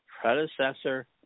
predecessor